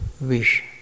wish